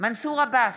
מנסור עבאס,